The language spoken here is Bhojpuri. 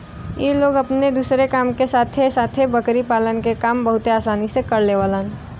इ लोग अपने दूसरे काम के साथे साथे बकरी पालन के काम बहुते आसानी से कर लेवलन